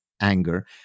anger